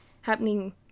happening